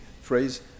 phrase